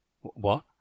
What